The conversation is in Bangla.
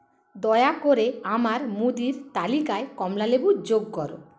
দয়া করে আমার মুদির তালিকায় কমলালেবু যোগ করো